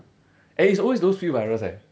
and it's always those few virus eh